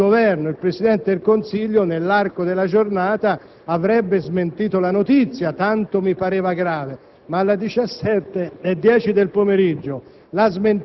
che il Governo e il Presidente del Consiglio, nell'arco della giornata, l'avrebbero smentita, tanto mi pareva grave. Ma alle ore 17,10 del pomeriggio